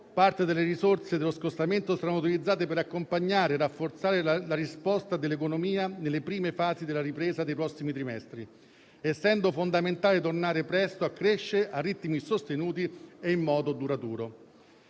parte delle risorse dello scostamento sarà utilizzata per accompagnare e rafforzare la risposta dell'economia nelle prime fasi della ripresa dei prossimi trimestri, essendo fondamentale tornare presto a crescere a ritmi sostenuti e in modo duraturo.